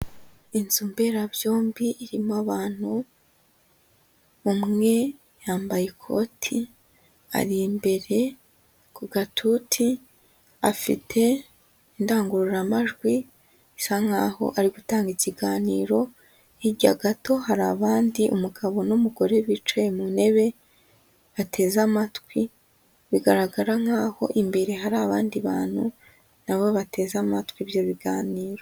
Inzu mberabyombi irimo abantu, umwe yambaye ikoti ari imbere ku gatuti afite indangururamajwi isa nk'aho ari gutanga ikiganiro, hirya gato hari abandi umugabo n'umugore bicaye mu ntebe bateze amatwi. Bigaragara nkaho imbere hari abandi bantu nabo bateze amatwi ibyo biganiro.